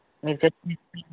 మీరు చెప్పి